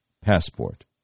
passport